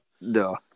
No